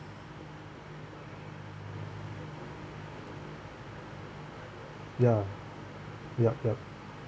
ya ya ya